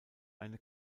eine